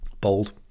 Bold